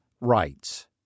rights